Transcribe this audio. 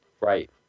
Right